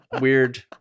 weird